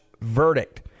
verdict